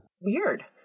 Weird